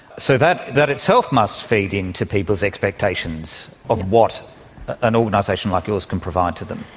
so that that itself must feed into people's expectations of what an organisation like yours can provide to them.